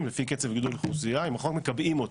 לפי קצת גידול האוכלוסייה אם אנחנו רק מקבעים אותו,